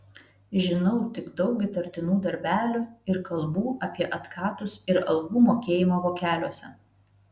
žinau tik daug įtartinų darbelių ir kalbų apie atkatus ir algų mokėjimą vokeliuose